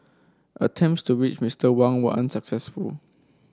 attempts to reach Mister Wang were unsuccessful